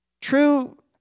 true